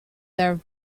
their